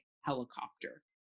helicopter